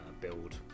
build